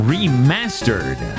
Remastered